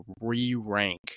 re-rank